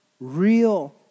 real